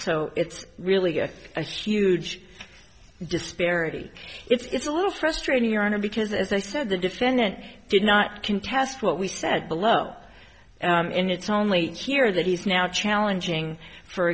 so it's really a huge disparity it's a little frustrating your honor because as i said the defendant did not contest what we said below and it's only here that he's now challenging for